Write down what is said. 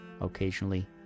occasionally